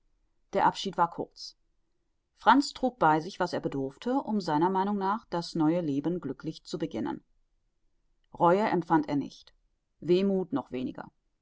der abschied war kurz franz trug bei sich was er bedurfte um seiner meinung nach das neue leben glücklich zu beginnen reue empfand er nicht wehmuth noch weniger